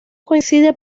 coincide